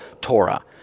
Torah